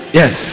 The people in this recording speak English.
yes